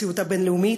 מהמציאות הבין-לאומית.